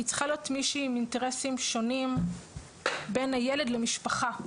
היא צריכה להיות מישהי עם אינטרסים שונים בין הילד למשפחה.